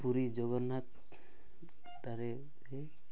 Puri ଜଗନ୍ନାଥଠାରେ